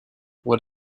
what